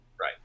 right